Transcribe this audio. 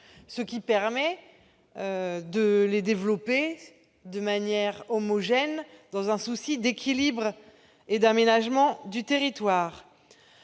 Cela permet de les développer de manière homogène, dans un souci d'équilibre et d'aménagement du territoire.